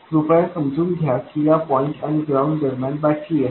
कृपया समजून घ्या की या पॉईंट आणि ग्राउंड दरम्यान बॅटरी आहे